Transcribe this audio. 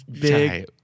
big